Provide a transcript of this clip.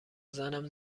زنم